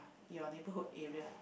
your neighborhood area